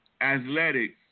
athletics